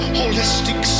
holistic